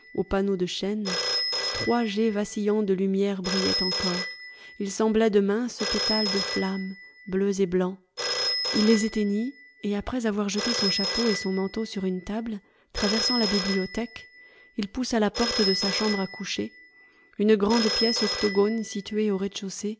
aux panneaux de chêne trois jets vacillants de lumière brillaient encore ils semblaient de minces pétales de flamme bleus et blancs il les éteignit et après avoir jeté son chapeau et son manteau sur une table traversant la bibliothèque il poussa la porte de sa chambre à coucher une grande pièce octogone située au rez-de-chaussée